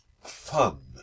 fun